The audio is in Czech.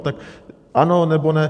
Tak ano, nebo ne?